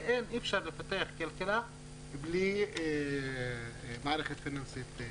אי אפשר לפתח כלכלה בלי מערכת פיננסית כזאת.